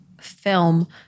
film